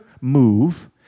Move